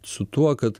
su tuo kad